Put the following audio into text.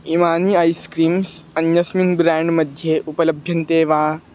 इमानि ice creams अन्यस्मिन् brand मध्ये उपलभ्यन्ते वा